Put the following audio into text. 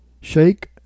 Shake